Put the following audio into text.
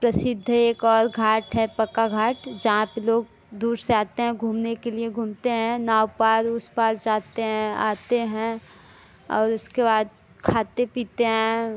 प्रसिद्ध एक और घाट है पक्का घाट जहाँ पर लोग दूर से आते हैं घूमने के लिए घूमते हैं नाव पार उस पार जाते हैं आते हैं और उसके बाद खाते पीते हैं